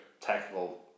technical